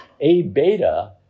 A-beta